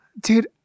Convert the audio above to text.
Dude